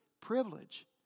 privilege